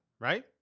right